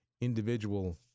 individual